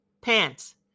Pants